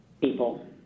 people